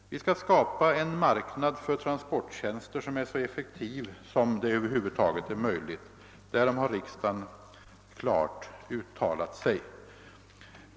Vi skall skapa en marknad för transporttjänster som är så effektiv som det över huvud taget är möjligt — därom har riksdagen klart uttalat sig.